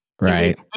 Right